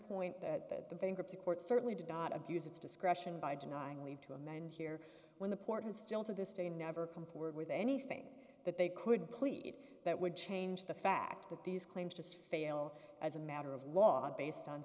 point that the vendor to court certainly did not abuse its discretion by denying leave to amend here when the porton still to this day never come forward with anything that they could plead that would change the fact that these claims just fail as a matter of law based on